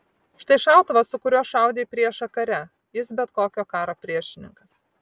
štai šautuvas su kuriuo šaudė į priešą kare jis bet kokio karo priešininkas